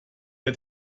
der